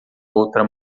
outra